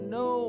no